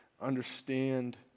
understand